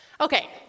Okay